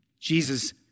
Jesus